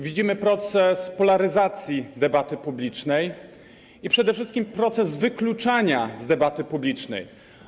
Widzimy proces polaryzacji debaty publicznej, a przede wszystkim proces wykluczania z debaty publicznej.